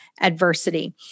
adversity